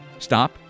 stop